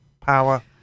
power